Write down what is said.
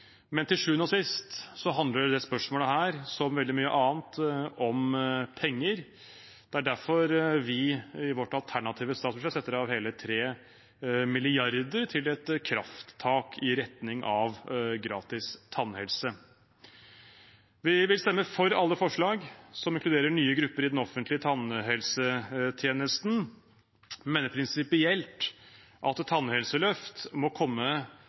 men til sjuende og sist handler dette spørsmålet, som veldig mye annet, om penger. Det er derfor vi i vårt alternative statsbudsjett setter av hele 3 mrd. kr til et krafttak i retning av gratis tannhelse. Vi vil stemme for alle forslag som inkluderer nye grupper i den offentlige tannhelsetjenesten. Vi mener prinsipielt at et tannhelseløft må komme